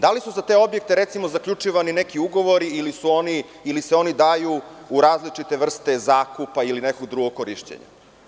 Da li su za te objekte, recimo, zaključivani neki ugovori ili se oni daju u različite vrste zakupa ili nekog drugog korišćenja?